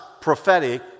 prophetic